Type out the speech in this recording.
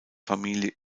familie